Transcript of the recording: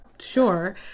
sure